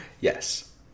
Yes